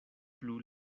plu